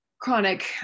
chronic